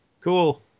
Cool